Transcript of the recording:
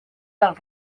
del